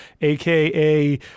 aka